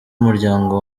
umuryango